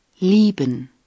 Lieben